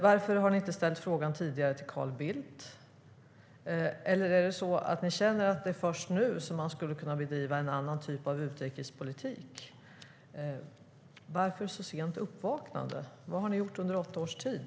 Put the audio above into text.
Varför har ni inte ställt frågan till Carl Bildt tidigare? Är det så att ni känner att det är först nu man skulle kunna bedriva en annan typ av utrikespolitik? Varför ett så sent uppvaknande - vad har ni gjort under åtta års tid?